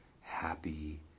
happy